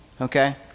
Okay